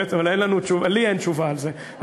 לי אין תשובה על זה,